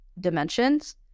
dimensions